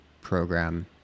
program